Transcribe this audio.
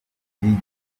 binjiye